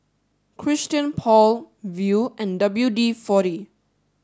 Christian Paul Viu and W D Forty